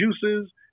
juices